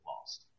lost